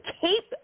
keep